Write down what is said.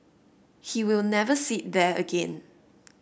he will never sit there again